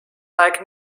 aeg